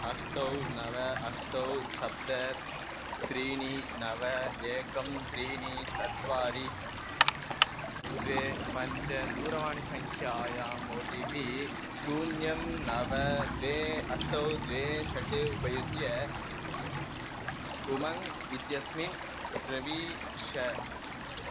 अष्ट नव अष्ट सप्त त्रीणि नव एकं त्रीणि चत्वारि द्वे पञ्च दूरवाणीसङ्ख्यायाम् ओ टि पि शून्यं नव द्वे अष्ट द्वे षट् उपयुज्य उमङ्ग् इत्यस्मिन् प्रविश